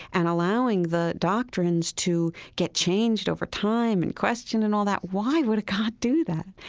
and allowing the doctrines to get changed over time and questioned and all that, why would a god do that?